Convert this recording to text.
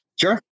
Sure